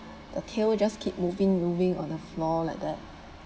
the tail just keep moving moving on the floor like that